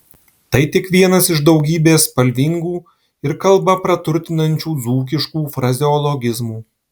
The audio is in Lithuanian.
tai tik vienas iš daugybės spalvingų ir kalbą praturtinančių dzūkiškų frazeologizmų